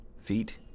feet